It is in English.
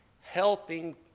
helping